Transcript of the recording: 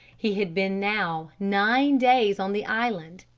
he had been now nine days on the island.